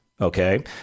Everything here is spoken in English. okay